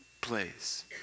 place